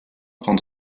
prend